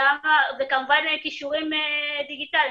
כמובן כישורים דיגיטליים,